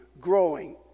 growing